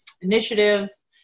initiatives